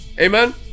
Amen